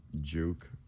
Juke